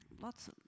lots